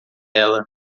ela